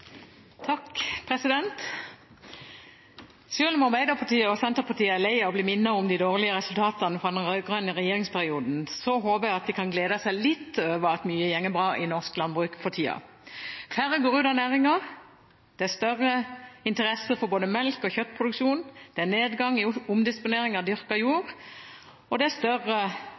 bli minnet om de dårlige resultatene fra den rød-grønne regjeringsperioden, håper jeg de kan glede seg litt over at mye går greit i norsk landbruk for tida: Færre går ut av næringen. Det er større interesse for både melkeproduksjon og kjøttproduksjon. Det er nedgang i omdisponering av